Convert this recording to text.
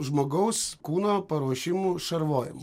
žmogaus kūno paruošimu šarvojimui